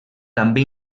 també